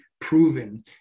proven